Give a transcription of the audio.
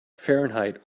fahrenheit